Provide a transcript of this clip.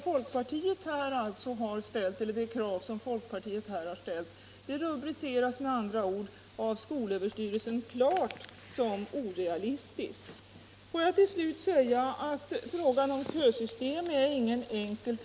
Folkpartiets krav rubriceras med andra ord av SÖ som klart orealistiskt. Frågan om kösystem är inte enkel.